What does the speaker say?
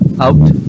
Out